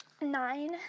nine